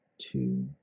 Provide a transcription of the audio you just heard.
two